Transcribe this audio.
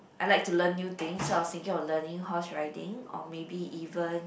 I like to learn new things so I was thinking of learning horse riding or maybe even